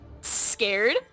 scared